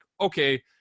okay –